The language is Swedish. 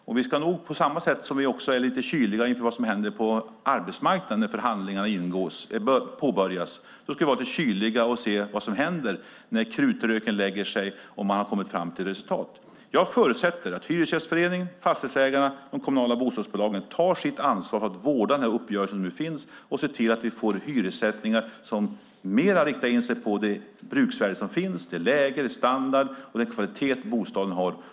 Och vi ska nog, på samma sätt som vi är lite kyliga inför vad som händer på arbetsmarknaden när förhandlingar påbörjas, vara lite kyliga och se vad som händer när krutröken lagt sig och man har kommit fram till ett resultat. Jag förutsätter att Hyresgästföreningen, fastighetsägarna och de kommunala bostadsbolagen tar sitt ansvar för att vårda den uppgörelse som nu finns och ser till att vi får hyressättningar som mer riktar in sig på bostadens bruksvärde, läge och standard.